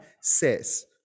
says